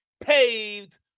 paved